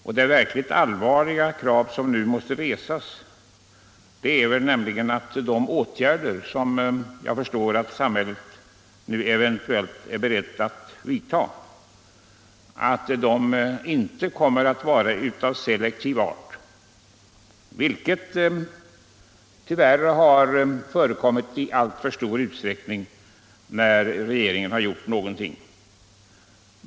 Och det verkligt allvarliga krav som nu måste resas är väl att de åtgärder, som jag förstår att samhället eventuellt är berett att vidta, inte skall vara av selektiv art, vilket tyvärr har förekommit i alltför stor utsträckning, när regeringen gjort någonting.